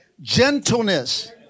gentleness